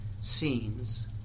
scenes